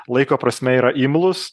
laiko prasme yra imlūs